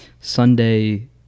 Sunday